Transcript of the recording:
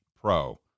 pro